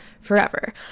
forever